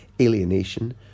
alienation